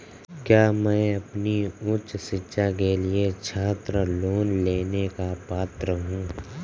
क्या मैं अपनी उच्च शिक्षा के लिए छात्र लोन लेने का पात्र हूँ?